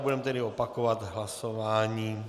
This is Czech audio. Budeme tedy opakovat hlasování.